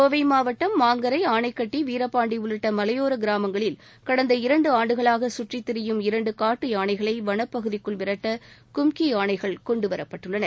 கோவை மாவட்டம் மாங்கரை ஆனைக்கட்டி வீரபாண்டி உள்ளிட்ட மலையோர கிராமங்களில் கடந்த இரண்டு ஆண்டுகளாக கற்றித் திரியும் இரண்டு காட்டு யானைகளை வனப்பகுதிக்குள் விரட்ட கும்கி யானைகள் கொண்டு வரப்பட்டுள்ளன